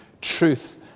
truth